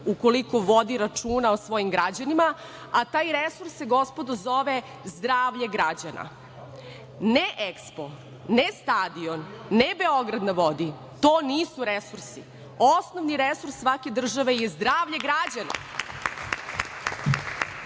ukoliko vodi računa o svojim građanima, a taj resurs se gospodo zove zdravlje građana. Ne EKSPO, ne stadion, ne Beograd na vodi, to nisu resursi, osnovni resurs svake države je zdravlje građana. Mi